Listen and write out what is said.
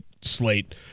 slate